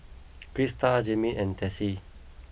Crista Jeannine and Tessie